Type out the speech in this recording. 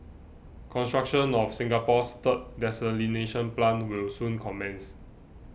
construction of Singapore's third desalination plant will soon commence